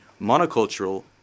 monocultural